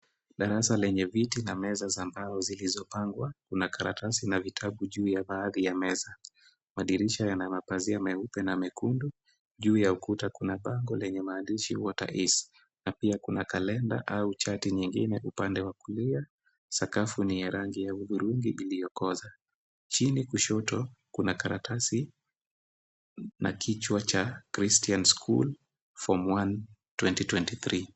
Darasa lenye viti na meza za mbao zilizopangwa, kuna karatasi na vitabu juu ya baadhi ya meza. Madirisha yana mapazia meupe na mekundu, juu ya ukuta kuna bango lenye maandishi water ase na pia kuna kalenda au chati nyingine upande wa kulia, sakafu ni ya rangi ya hudhurungi iliyokoza. Chini kushoto kuna karatasi na kichwa cha christian school form 1 2023 .